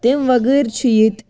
تمہِ وَغٲر چھِ ییٚتہِ